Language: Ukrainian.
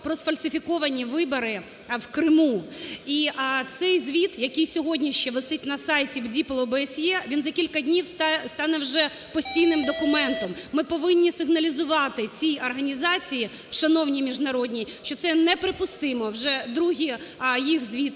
про сфальсифіковані вибори в Криму. І цей звіт, який сьогодні ще висить на сайті в БДІПЛ/ОБСЄ, він за кілька днів стане вже постійним документом. Ми повинні сигналізувати цій організації шановній міжнародній, що це неприпустимо. Вже другий їх звіт